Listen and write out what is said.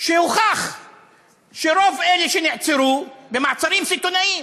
הוכח שרוב אלה, שנעצרו במעצרים סיטוניים,